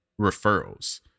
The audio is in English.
referrals